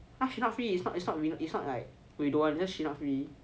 she not free it's not it's not it's not like we don't want cause she not free